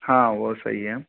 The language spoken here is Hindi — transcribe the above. हाँ वह सही है